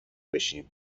بشیم